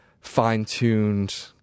fine-tuned